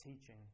teaching